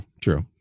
true